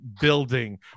building